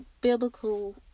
biblical